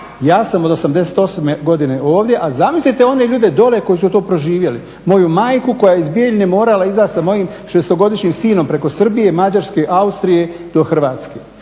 Ja sam od '88. godine ovdje, a zamislite one ljude dole koji su to proživjeli moju majku koja je iz Bijeljine morala izaći sa mojim šestogodišnjim sinom preko Srbije, Mađarske, Austrije do Hrvatske